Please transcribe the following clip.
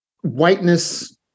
whiteness